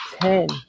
ten